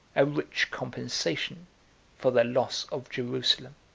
a rich compensation for the loss of jerusalem.